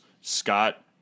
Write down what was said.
Scott